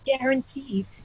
guaranteed